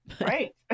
Right